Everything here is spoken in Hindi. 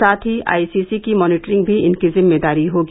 साथ ही आइसीसी की मॉनिटरिंग भी इनकी जिम्मेदारी होगी